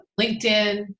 LinkedIn